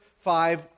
five